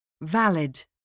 Valid